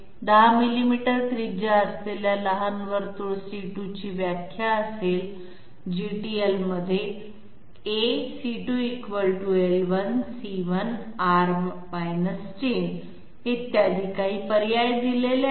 10 millimetre त्रिज्या असलेल्या लहान वर्तुळ c2 ची व्याख्या असेल GTL मध्ये c2 l1 c1 r 10 इ काही पर्याय दिले आहेत